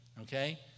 okay